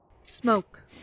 smoke